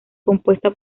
compuesta